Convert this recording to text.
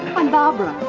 i'm barbara,